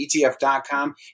ETF.com